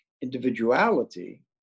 individuality